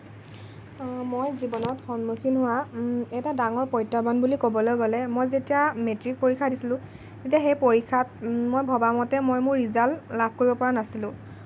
মই জীৱনত সন্মুখীন হোৱা এটা ডাঙৰ প্ৰত্যাহ্বান বুলি ক'বলৈ গ'লে মই যেতিয়া মেট্ৰিক পৰীক্ষা দিছিলোঁ তেতিয়া সেই পৰীক্ষাত মই ভবা মতে মই মোৰ ৰিজাল্ট লাভ কৰিব পৰা নাছিলোঁ